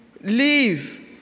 leave